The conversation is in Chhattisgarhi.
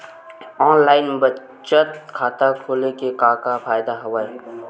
ऑनलाइन बचत खाता खोले के का का फ़ायदा हवय